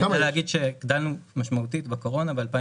אני יודע להגיד שהגדלנו משמעותית בקורונה ב-2020.